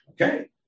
Okay